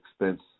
expense